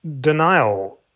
denial